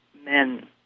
men